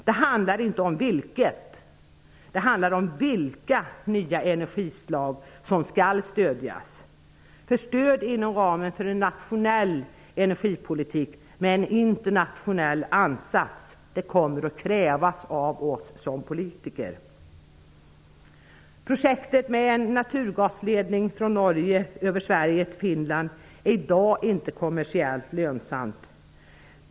Det handlar inte om vilket, utan det handlar om vilka nya energislag som skall stödjas. För stöd inom ramen för en nationell energipolitik -- med en internationell ansats -- kommer att krävas av oss som politiker. Sverige till Finland är i dag inte kommersiellt lönsamt.